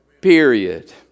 period